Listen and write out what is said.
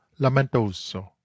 lamentoso